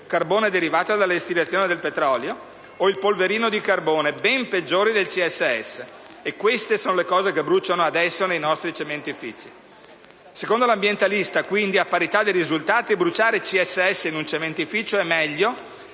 (carbone derivato dalla distillazione dal petrolio) «o il polverino di carbone, ben peggiore del CSS». Queste sono le cose che bruciano adesso nei nostri cementifici. Secondo l'ambientalista, quindi, «a parità di risultati, bruciare CSS in un cementificio è meglio